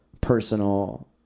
personal